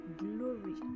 glory